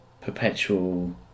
perpetual